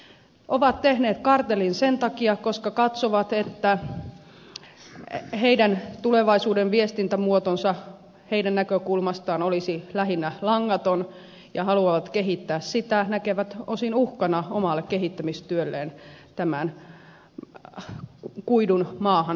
ne ovat tehneet kartellin sen takia koska katsovat että niiden tulevaisuuden viestintämuoto olisi niiden näkökulmasta lähinnä langaton ja ne haluavat kehittää sitä näkevät osin uhkana omalle kehittämistyölleen tämän kuidun maahan kaivamisen